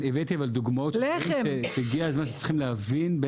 הבאתי דוגמאות של דברים שהגיע הזמן שצריכים להבין,